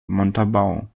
montabaur